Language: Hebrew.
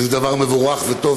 שזה דבר מבורך וטוב,